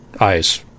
eyes